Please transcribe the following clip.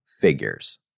figures